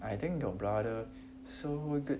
I think your brother so good